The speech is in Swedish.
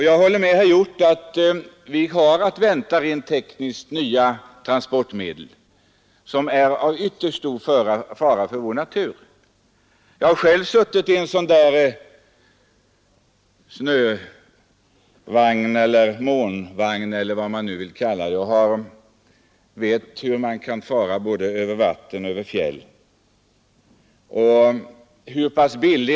Jag håller med herr Hjorth om att vi har att vänta tekniskt nya transportmedel, som kan bli en ytterst stor fara för vår natur. Jag har själv suttit i en amfibievagn eller månvagn eller vad man vill kalla dem — och jag vet hur man kan fara med den över både vatten och fjäll.